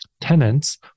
tenants